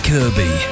Kirby